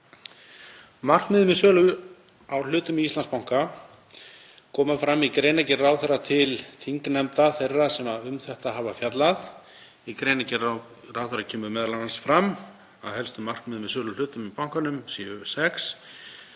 Markmið með sölu á hlutum í Íslandsbanka koma fram í greinargerð ráðherra til þingnefnda, þeirra sem um þetta hafa fjallað. Í greinargerð ráðherra kemur m.a. fram að helstu markmið með sölu á hlutum í bankanum séu sex;